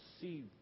see